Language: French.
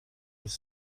les